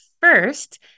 first